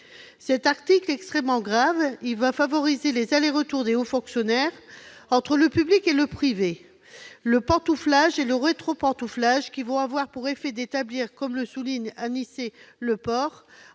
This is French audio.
Cet article est extrêmement grave. Il va favoriser les allers-retours de hauts fonctionnaires entre le public et le privé, le pantouflage et le rétropantouflage, qui vont avoir pour effet d'établir, comme le souligne Anicet Le Pors,